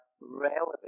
relevant